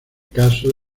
caso